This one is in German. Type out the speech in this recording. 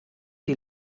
die